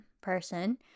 person